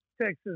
Texas